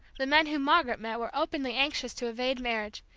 the men whom margaret met were openly anxious to evade marriage,